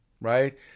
right